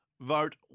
vote